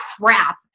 crap